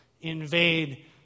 invade